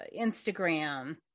Instagram